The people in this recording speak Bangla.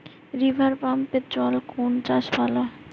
রিভারপাম্পের জলে কোন চাষ ভালো হবে?